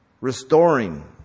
Restoring